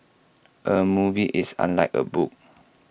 A movie is unlike A book